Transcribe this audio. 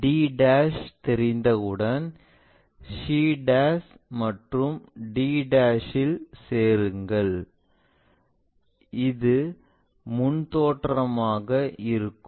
d தெரிந்தவுடன் c மற்றும் d இல் சேருங்கள் அது முன் தோற்றமாக இருக்கும்